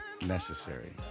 necessary